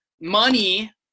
money